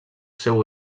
seu